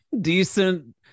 decent